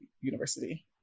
university